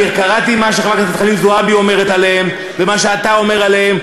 קראתי מה שחברת הכנסת חנין זועבי אומרת עליהם ואת מה שאתה אומר עליהם,